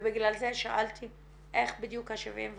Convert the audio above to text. ובגלל זה שאלתי איך בדיוק ה-75 מיליון.